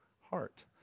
heart